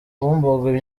bumbogo